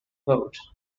vote